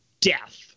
death